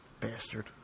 bastard